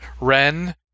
Ren